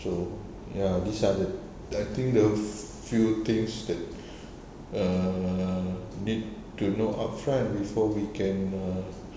so ya these are the I think the few things that err need to know upfront before we can err